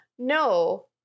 No